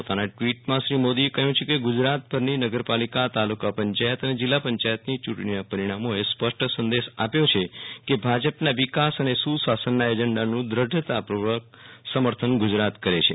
પોતાના ટ્વીટમાં શ્રી મોદીએ કહ્યું છે કે ગુજરાતભરની નગરપાલિકા તાલુકા પંચાયત અને જિલ્લા પંચાયતની ચૂંટણીના પરિણામો એ સ્પષ્ટ સંદેશ આપ્યો છે કે ભાજપના વીકાસ અને સુશાસનના એજન્ડાનું દ્રઢતાપૂર્વક સમર્થન ગુજરાત કરે છે